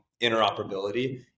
interoperability